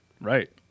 Right